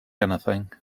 anything